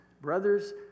brothers